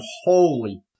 holy